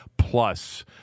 plus